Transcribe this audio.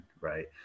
right